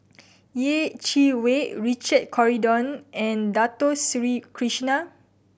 Yeh Chi Wei Richard Corridon and Dato Sri Krishna